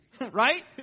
right